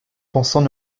pensant